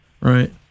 right